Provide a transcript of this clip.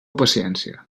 paciència